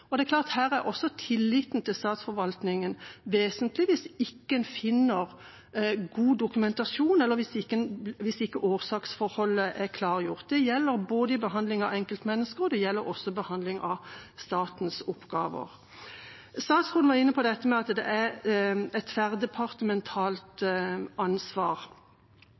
Det er klart at også her er tilliten til statsforvaltningen vesentlig, hvis en ikke finner god dokumentasjon, eller hvis årsaksforholdet ikke er klargjort. Det gjelder både i behandling av enkeltmennesker og i behandling av statens oppgaver. Statsråden var inne på at dette er et tverrdepartementalt ansvar.